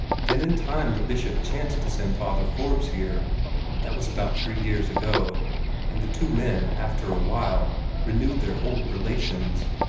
then in time the bishop chanced to send father forbes here that was about three years ago and the two men after a while renewed their old relations.